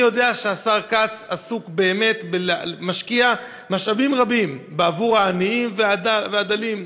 אני יודע שהשר כץ משקיע משאבים רבים בעבור העניים והדלים,